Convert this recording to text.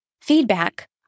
feedback